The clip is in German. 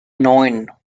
neun